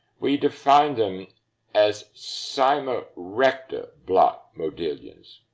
we define them as cyma recta block modillions.